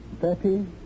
Thirty